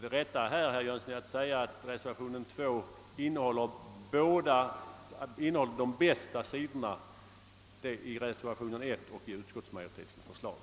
Det rätta, herr Jönsson, är att säga att reservationen 2 innehåller de bästa sidorna av både reservationen 1 och utskottsmajoritetens förslag.